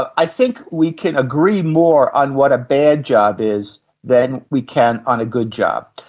i think we can agree more on what a bad job is than we can on a good job.